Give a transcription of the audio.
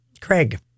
Craig